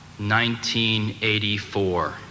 1984